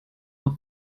auf